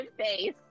face